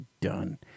done